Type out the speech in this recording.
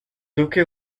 duque